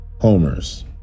homers